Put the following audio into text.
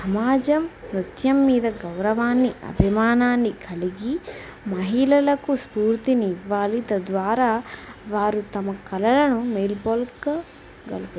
సమాజం నృత్యం మీద గౌరవాన్ని అభిమానాన్ని కలిగి మహిళలకు స్ఫూర్తిని ఇవ్వాలి తద్వారా వారు తమ కళలను మేల్కొలుపగలుగుతారు